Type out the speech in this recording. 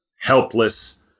helpless